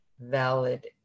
valid